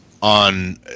on